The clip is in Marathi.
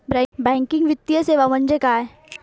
बँकिंग वित्तीय सेवा म्हणजे काय?